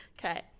Okay